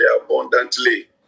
abundantly